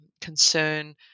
concern